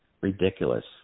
ridiculous